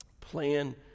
plan